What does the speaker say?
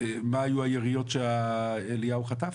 מה היו היריות שאליהו חטף?